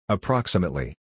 Approximately